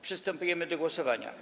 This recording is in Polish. Przystępujemy do głosowania.